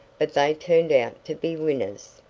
but they turned out to be winners.